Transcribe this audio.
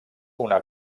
una